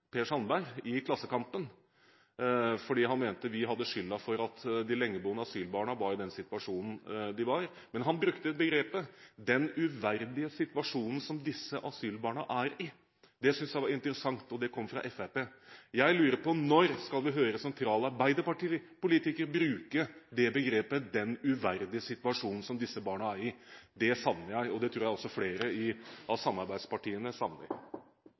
Per Sandberg, i Klassekampen, fordi han mente at vi hadde skylden for at de lengeboende asylbarna var i den situasjonen de var. Han brukte begrepet «den uverdige situasjonen som disse asylbarna er i». Det synes jeg er interessant – og det kom fra Fremskrittspartiet. Jeg lurer på: Når skal vi få høre sentrale arbeiderpartipolitikere bruke begrepet «den uverdige situasjonen som disse barna er i»? Det savner jeg, og det tror jeg også flere av samarbeidspartiene